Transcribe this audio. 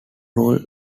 rules